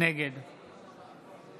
נגד